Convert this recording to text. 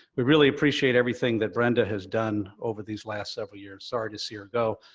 we really appreciate everything that brenda has done over these last several years, sorry to see her go,